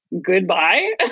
Goodbye